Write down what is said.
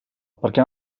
perquè